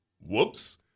Whoops